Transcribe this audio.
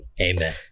amen